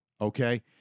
okay